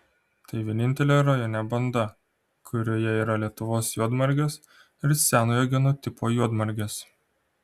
tai vienintelė rajone banda kurioje yra lietuvos juodmargės ir senojo genotipo juodmargės